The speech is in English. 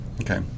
Okay